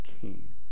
king